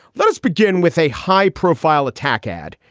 let's begin with a high profile attack ad.